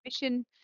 mission